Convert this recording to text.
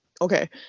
okay